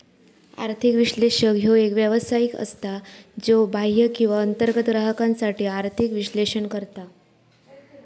आर्थिक विश्लेषक ह्यो एक व्यावसायिक असता, ज्यो बाह्य किंवा अंतर्गत ग्राहकांसाठी आर्थिक विश्लेषण करता